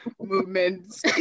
movements